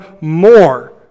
more